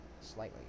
slightly